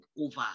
over